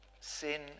Sin